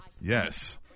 Yes